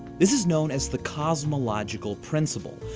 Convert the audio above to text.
this is known as the cosmological principle.